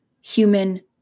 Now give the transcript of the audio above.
human